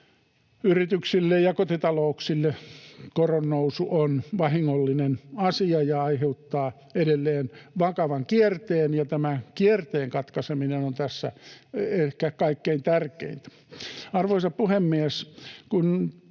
yrityksille ja kotitalouksille — koronnousu on vahingollinen asia ja aiheuttaa edelleen vakavan kierteen, ja tämän kierteen katkaiseminen on tässä ehkä kaikkein tärkeintä. Arvoisa puhemies!